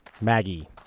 Maggie